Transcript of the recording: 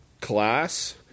Class